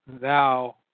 thou